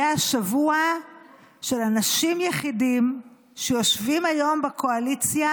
יהיה השבוע של האנשים היחידים שיושבים היום בקואליציה